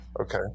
Okay